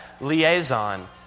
liaison